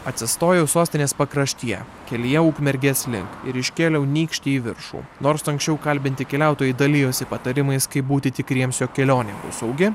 atsistojau sostinės pakraštyje kelyje ukmergės link ir iškėliau nykštį į viršų nors anksčiau kalbinti keliautojai dalijosi patarimais kaip būti tikriems jog kelionė bus saugi